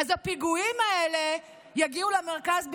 הפיגועים האלה היו מגיעים למרכז בשניות.